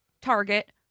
Target